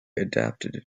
adapted